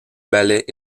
ballet